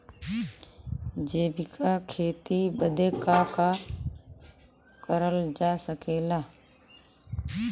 जैविक खेती बदे का का करल जा सकेला?